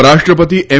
ઉપરાષ્ટ્રપતિ એમ